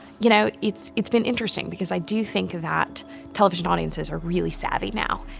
you know, it's it's been interesting. because i do think that television audiences are really savvy now.